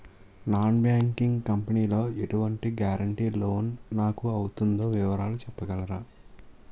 Non banking company లో ఎటువంటి guarantee loan నాకు అవుతుందో వివరాలు చెప్పగలరా?